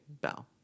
Bell